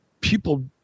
people